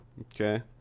Okay